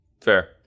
Fair